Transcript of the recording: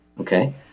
Okay